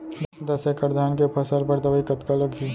दस एकड़ धान के फसल बर दवई कतका लागही?